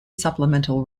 supplemental